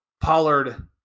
pollard